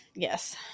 Yes